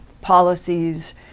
policies